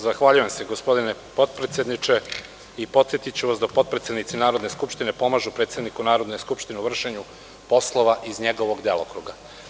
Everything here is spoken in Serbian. Zahvaljujem se gospodine potpredsedniče i podsetiću vas da potpredsednici Narodne skupštine pomažu predsedniku Narodne skupštine u vršenju poslova iz njegovog delokruga.